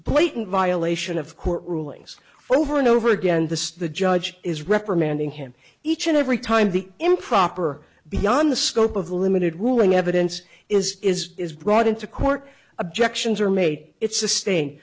blatant violation of court rulings over and over again to the judge is reprimanding him each and every time the improper beyond the scope of the limited ruling evidence is is is brought into court objections are made it's a stain